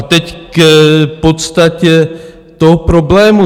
Teď k podstatě toho problému.